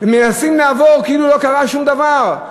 ומנסים לעבור כאילו לא קרה שום דבר,